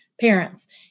parents